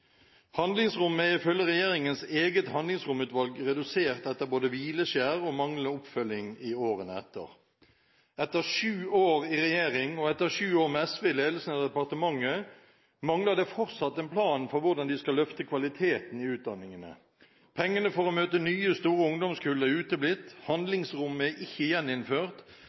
Handlingsrommet er ifølge regjeringens eget handlingsromutvalg redusert etter både hvileskjær og manglende oppfølging i årene etter. Etter sju år i regjering, og etter sju år med SV i ledelsen av departementet, mangler de fortsatt en plan for hvordan de skal løfte kvaliteten i utdanningene. Pengene for å møte nye, store ungdomskull er uteblitt. Handlingsrommet er ikke gjeninnført,